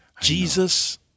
Jesus